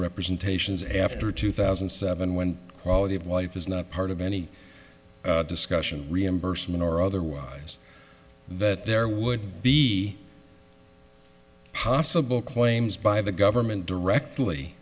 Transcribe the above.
representations after two thousand and seven when quality of life is not part of any discussion reimbursement or otherwise that there would be possible claims by the government directly